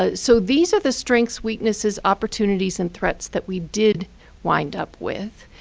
ah so these are the strengths, weaknesses, opportunities, and threats that we did wind up with.